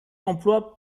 emploie